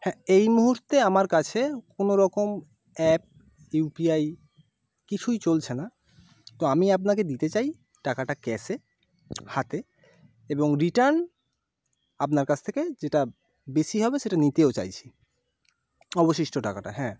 হ্যাঁ এই মুহূর্তে আমার কাছে কোনোরকম অ্যাপ ইউপিআই কিছুই চলছে না তো আমি আপনাকে দিতে চাই টাকাটা ক্যাশে হাতে এবং রিটার্ন আপনার কাছ থেকে যেটা বেশি হবে সেটা নিতেও চাইছি অবশিষ্ট টাকাটা হ্যাঁ